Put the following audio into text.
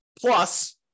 Plus